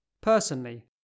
Personally